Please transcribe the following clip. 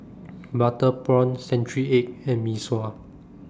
Butter Prawn Century Egg and Mee Sua